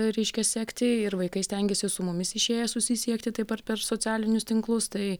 reiškia sekti ir vaikai stengiasi su mumis išėję susisiekti taip pat per socialinius tinklus tai